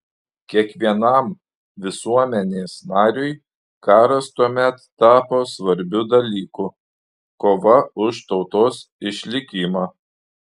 kiekvienam visuomenės nariui karas tuomet tapo svarbiu dalyku kova už tautos išlikimą